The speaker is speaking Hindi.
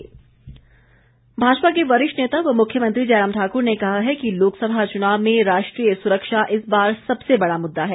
जयराम भाजपा के वरिष्ठ नेता व मुख्यमंत्री जयराम ठाकुर ने कहा है कि लोकसभा चुनाव में राष्ट्रीय सुरक्षा इस बार सबसे बड़ा मुददा है